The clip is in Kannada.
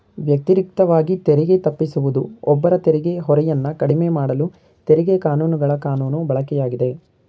ವ್ಯತಿರಿಕ್ತವಾಗಿ ತೆರಿಗೆ ತಪ್ಪಿಸುವುದು ಒಬ್ಬರ ತೆರಿಗೆ ಹೊರೆಯನ್ನ ಕಡಿಮೆಮಾಡಲು ತೆರಿಗೆ ಕಾನೂನುಗಳ ಕಾನೂನು ಬಳಕೆಯಾಗಿದೆ